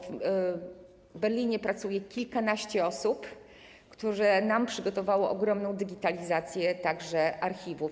W Berlinie pracuje kilkanaście osób, które nam przygotowały ogromną digitalizację, także archiwów.